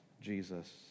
Jesus